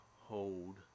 hold